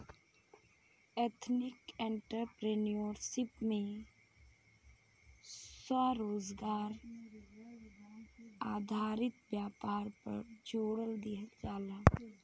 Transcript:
ethnic entrepreneurship में स्वरोजगार आधारित व्यापार पर जोड़ दीहल जाला